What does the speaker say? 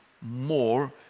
more